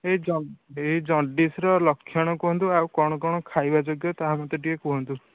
ଏହି ଜଣ୍ଡି ଜଣ୍ଡିସ ର ଲକ୍ଷଣ କୁହନ୍ତୁ ଆଉ କ'ଣ କ'ଣ ଖାଇବା ଯୋଗ୍ୟ ତାହା ମୋତେ ଟିକେ କୁହନ୍ତୁ